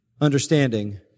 understanding